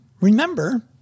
remember